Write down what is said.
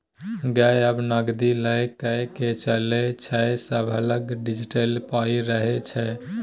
गै आब नगदी लए कए के चलै छै सभलग डिजिटले पाइ रहय छै